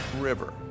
River